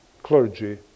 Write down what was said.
clergy